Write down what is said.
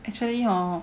actually hor